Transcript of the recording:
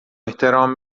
احترام